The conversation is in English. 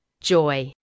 Joy